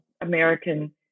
American